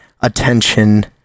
attention